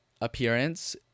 appearance